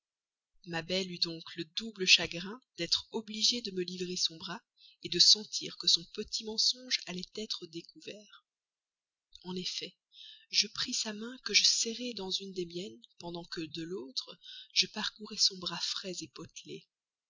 ma belle eut donc le double chagrin d'être obligée de me livrer son bras de sentir que son petit mensonge allait être découvert en effet je pris sa main que je serrai dans une des miennes pendant que de l'autre je parcourais son bras frais potelé